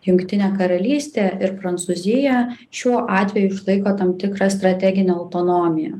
jungtinė karalystė ir prancūzija šiuo atveju išlaiko tam tikrą strateginę autonomiją